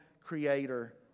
creator